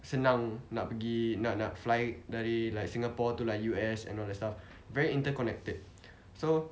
senang nak pergi nak nak fly back dari like singapore to like U_S and all that stuff very interconnected so